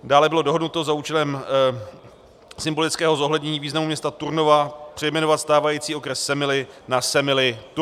Dále bylo dohodnuto za účelem symbolického zohlednění významu města Turnova přejmenovat stávající okres Semily na Semily Turnov.